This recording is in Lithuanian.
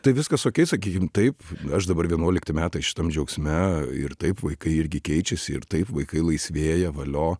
tai viskas okei sakykim taip aš dabar vienuolikti metai šitam džiaugsme ir taip vaikai irgi keičiasi ir taip vaikai laisvėja valio